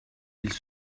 ils